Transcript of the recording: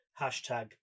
hashtag